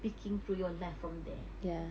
peeking through your life from there